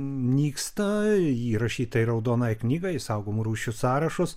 nyksta įrašyta į raudonąją knygą į saugomų rūšių sąrašus